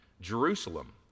Jerusalem